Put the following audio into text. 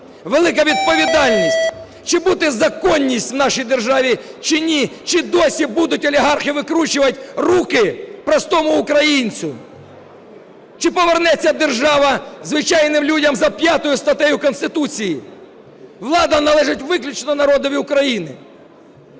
велика відповідальність. Чи буде законність в нашій державі чи ні? Чи досі будуть олігархи викручувати руки простому українцю? Чи повернеться держава звичайним людям за 5 статтею Конституції? Влада належить виключно народові України.